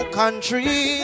country